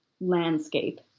landscape